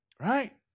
right